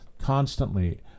Constantly